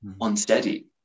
unsteady